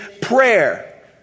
prayer